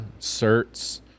certs